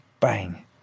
Bang